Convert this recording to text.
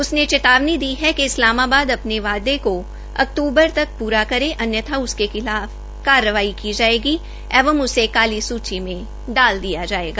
उसने चेतावनी दी है कि इस्लामाबाद अपने वायदे को अक्तूबर तक पूरा करे अन्यथा उसके खिलाफ कार्रवाई की जाएगी एवं काली सूची में डाल दिया जाएगा